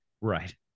Right